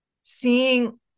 seeing